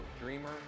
Dreamer